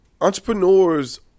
entrepreneurs